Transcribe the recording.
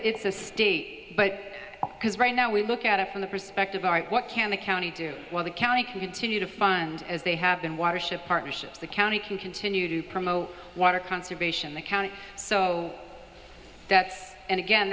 it's a state but because right now we look at it from the perspective of what can the county do well the county can continue to fund as they have been watership partnerships the county can continue to promote water conservation the county so that's and again